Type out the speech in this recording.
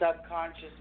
subconscious